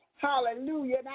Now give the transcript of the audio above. hallelujah